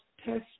test